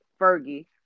Fergie